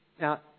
Now